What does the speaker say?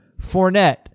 Fournette